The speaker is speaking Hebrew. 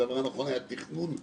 הדבר הנכון היה תכנון מראש,